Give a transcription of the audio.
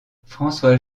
françois